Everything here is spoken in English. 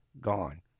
gone